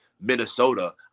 Minnesota